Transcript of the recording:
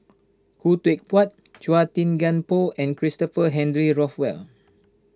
Khoo Teck Puat Chua Thian Poh and Christopher Henry Rothwell